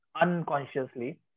unconsciously